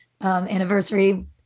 anniversary